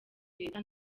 leta